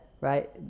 Right